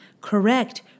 Correct